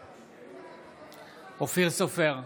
בעד אופיר סופר,